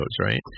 right